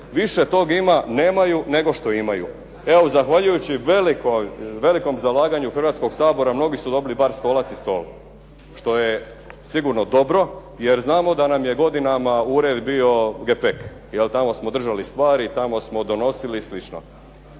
Više tog ima nemaju, nego što imaju. Evo zahvaljujući velikom zalaganju Hrvatskog sabora mnogi su dobili bar stolac i stol što je sigurno dobro, jer znamo da nam je godinama ured bio gepek, jel' tamo smo držali stvari, tamo smo donosili i slično.